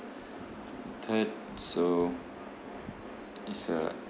third so is a